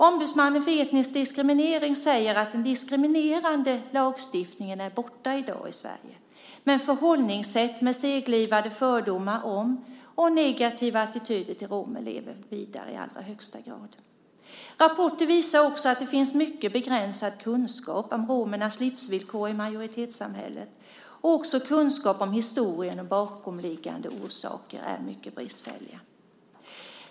Ombudsmannen för etnisk diskriminering säger att den diskriminerande lagstiftningen är borta i dag i Sverige, men förhållningssätt med seglivade fördomar om och negativa attityder till romer lever vidare i allra högsta grad. Rapporterna visar också att det finns mycket begränsad kunskap om romernas livsvillkor i majoritetssamhället, och kunskaper om historien och bakomliggande orsaker är mycket bristfälliga.